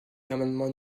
l’amendement